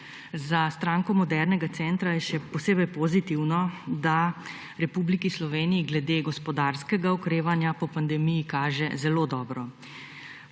Za Stranko modernega centra je še posebej pozitivno, da Republiki Sloveniji glede gospodarskega okrevanja po pandemiji kaže zelo dobro.